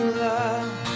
love